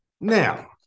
Now